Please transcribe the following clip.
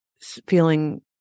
feeling